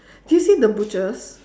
did you see the butchers